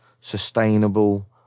sustainable